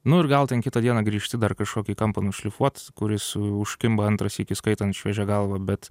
nu ir gal ten kitą dieną grįžti dar kažkokį kampą nušlifuot kuris užkimba antrą sykį skaitant šviežia galva bet